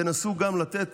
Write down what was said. גם תנסו לתת